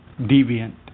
deviant